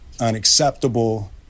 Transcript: unacceptable